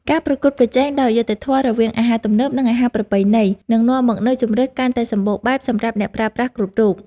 ការប្រកួតប្រជែងដោយយុត្តិធម៌រវាងអាហារទំនើប និងអាហារប្រពៃណីនឹងនាំមកនូវជម្រើសកាន់តែសម្បូរបែបសម្រាប់អ្នកប្រើប្រាស់គ្រប់រូប។